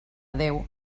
déu